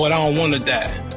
but i don't want to die.